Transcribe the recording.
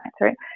right